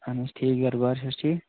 اَہَن حظ ٹھیٖک گَرٕ بار چھِ حظ ٹھیٖک